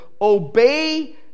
obey